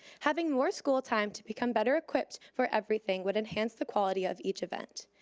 having more school time to become better equipped for everything would enhance the quality of each event.